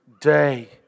day